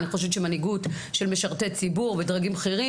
אני חושבת שמנהיגות של משרתי ציבור ודרגים בכירים